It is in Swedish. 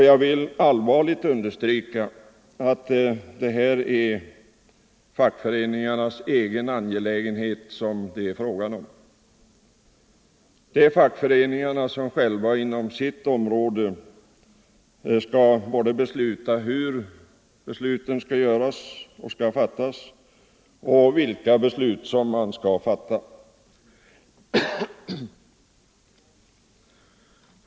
Jag vill allvarligt understryka att detta är fackföreningarnas egen angelägenhet. Det är fackföreningarna som själva inom sitt område skall avgöra både hur besluten skall fattas och vilka beslut som man skall fatta.